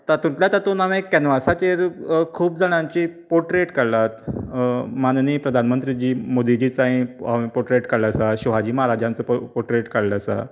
तातूंतल्या तातूंत हांवें कॅनवासाचेर खूब जाणांची पाॅट्रेट काडलात माननीय प्रदानमंत्री मोदीजीचो हांयेन पाॅट्रेट काडला शिवाजी महाराज्यांचो पाॅट्रेट काडलो आसा